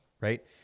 Right